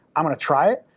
i'm gonna try it.